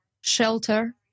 shelter